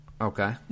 Okay